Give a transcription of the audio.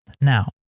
Now